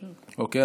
אוקיי.